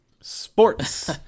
Sports